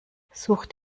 sucht